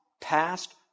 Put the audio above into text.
Past